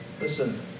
Listen